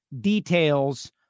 details